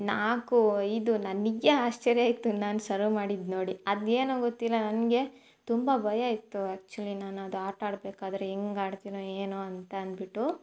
ನಾಲ್ಕು ಐದು ನನಗೆ ಆಶ್ಚರ್ಯ ಆಯಿತು ನಾನು ಸರ್ವ್ ಮಾಡಿದ್ದು ನೋಡಿ ಅದೇನೋ ಗೊತ್ತಿಲ್ಲ ನನಗೆ ತುಂಬ ಭಯ ಇತ್ತು ಆ್ಯಕ್ಚುಲಿ ನಾನು ಅದು ಆಟಾಡಬೇಕಾದ್ರೆ ಹೆಂಗ್ ಆಡ್ತೀನೋ ಏನೋ ಅಂತ ಅನ್ಬಿಟ್ಟು